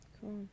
cool